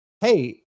hey